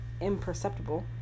imperceptible